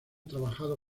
trabajado